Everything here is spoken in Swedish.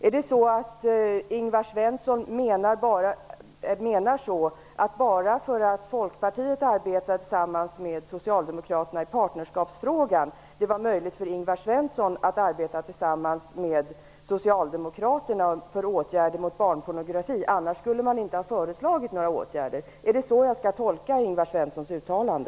Menar Ingvar Svensson att det med hänsyn till att Folkpartiet arbetade tillsammans med Socialdemokraterna i partnerskapsfrågan var möjligt för Ingvar Svensson att arbeta tillsammans med Socialdemokraterna om åtgärder mot barnpornografi och att man annars inte skulle ha föreslagit några åtgärder? Är det så jag skall tolka Ingvar Svenssons uttalande?